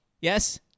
Yes